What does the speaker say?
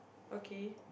okay